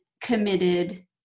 committed